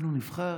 אנחנו נבחרנו.